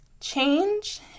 change